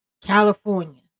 California